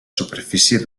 superfície